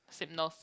synopsis